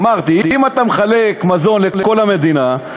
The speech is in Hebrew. אמרתי: אם אתה מחלק מזון לכל המדינה,